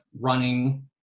running